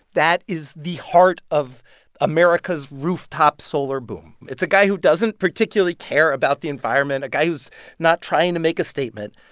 that is the heart of america's rooftop solar boom. it's a guy who doesn't particularly care about the environment, a guy who's not trying to make a statement.